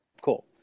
Cool